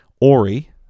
Ori